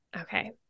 Okay